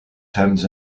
thames